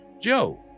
Joe